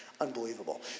Unbelievable